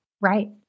Right